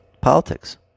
politics